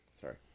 Sorry